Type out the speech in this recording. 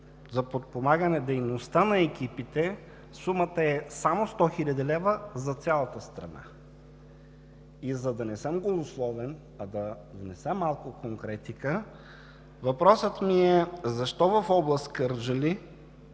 за подпомагане дейността на екипите сумата е само 100 хил. лв. за цялата страна? За да не съм голословен, а да внеса малко конкретика, въпросът ми е: защо в област Кърджали